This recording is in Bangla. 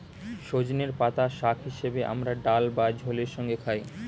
সজনের পাতা শাক হিসেবে আমরা ডাল বা ঝোলের সঙ্গে খাই